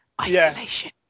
isolation